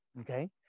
okay